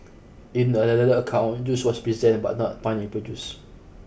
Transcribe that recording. in another account juice was present but not pineapple juice